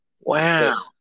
Wow